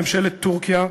ממשלת טורקיה,